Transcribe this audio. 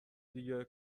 دیگه